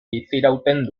bizirauten